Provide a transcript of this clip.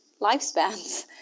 lifespans